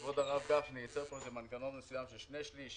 כבוד הרב גפני ייצר פה איזה מנגנון מסוים של שני שליש,